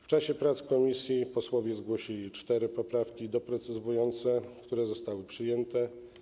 W czasie prac komisji posłowie zgłosili cztery poprawki doprecyzowujące, które zostały przyjęte.